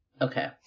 Okay